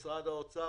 משרד האוצר,